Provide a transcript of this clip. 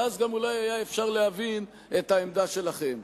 ואז גם אולי היה אפשר להבין את העמדה שלכם.